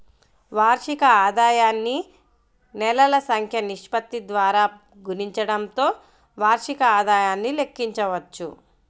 వార్షిక ఆదాయాన్ని నెలల సంఖ్య నిష్పత్తి ద్వారా గుణించడంతో వార్షిక ఆదాయాన్ని లెక్కించవచ్చు